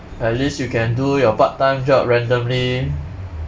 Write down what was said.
at least you can do your part-time job randomly